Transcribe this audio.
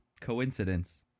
coincidence